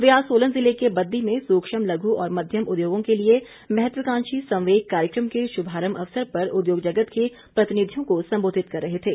वे आज सोलन जिले के बददी में सूक्ष्म लघु और मध्यम उद्योगों के लिए महत्वकांक्षी संवेग कार्यक्रम के श्मारंभ अवसर पर उद्योग जगत के प्रतिनिधियों को संबोधित कर रहे थे